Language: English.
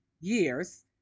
years